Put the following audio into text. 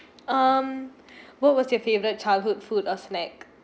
um what was your favorite childhood food or snack